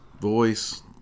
voice